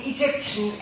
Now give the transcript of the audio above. Egyptian